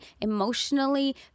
emotionally